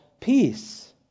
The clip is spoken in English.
peace